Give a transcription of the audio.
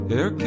Air